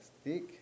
stick